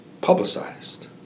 publicized